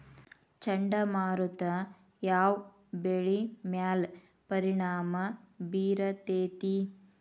ಚಂಡಮಾರುತ ಯಾವ್ ಬೆಳಿ ಮ್ಯಾಲ್ ಪರಿಣಾಮ ಬಿರತೇತಿ?